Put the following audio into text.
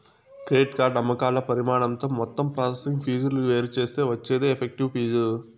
credit card అమ్మకాల పరిమాణంతో మొత్తం ప్రాసెసింగ్ ఫీజులు వేరుచేత్తే వచ్చేదే ఎఫెక్టివ్ ఫీజు